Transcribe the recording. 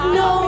no